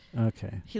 Okay